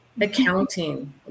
accounting